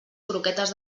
croquetes